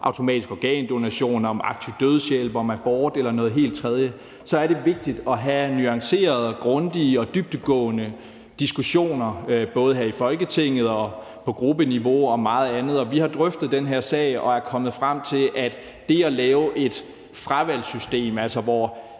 automatisk organdonation, aktiv dødshjælp eller abort eller noget helt andet, så er det vigtigt at have nuancerede, grundige og dybdegående diskussioner, både her i Folketinget og på gruppeniveau og meget andet. Vi har drøftet den her sag og er kommet frem til, at det at lave et fravalgssystem – altså hvor